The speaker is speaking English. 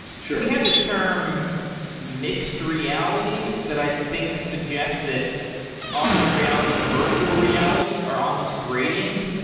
sure. we have this term mixed reality that i think suggests that augmented reality and virtual reality are on this gradient,